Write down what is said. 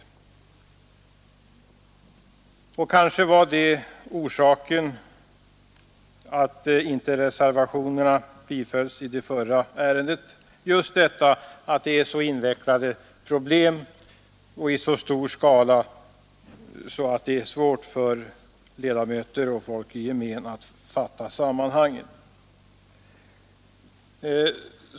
Kanske var orsaken till att reservationerna i det förra ärendet inte bifölls just den att det är fråga om så invecklade problem och problem av så stor omfattning att det är svårt för ledamöter och folk i gemen att fatta sammanhangen.